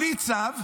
בלי צו.